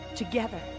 together